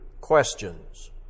questions